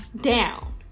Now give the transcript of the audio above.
down